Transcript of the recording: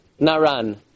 Naran